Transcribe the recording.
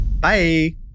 Bye